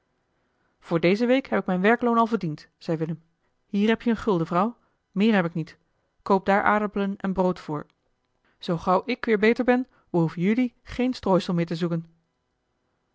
voor deze week heb ik mijn werkloon al verdiend zei willem hier heb je een gulden vrouw meer heb ik niet koop daar aardappelen en brood voor zoo gauw ik weer beter ben behoef jullie geen strooisel meer te zoeken